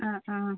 ആ ആ